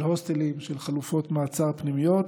של הוסטלים, של חלופות מעצר, פנימיות,